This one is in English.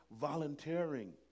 Volunteering